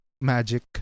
magic